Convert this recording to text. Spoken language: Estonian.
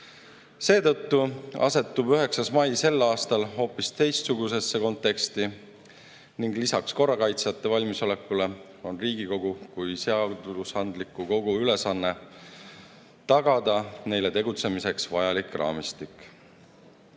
Seetõttu asetub 9. mai sel aastal hoopis teistsugusesse konteksti ning lisaks korrakaitsjate valmisolekule on Riigikogu kui seadusandliku kogu ülesanne tagada neile tegutsemiseks vajalik raamistik. Fakt